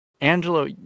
Angelo